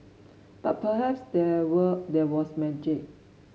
but perhaps there were there was magic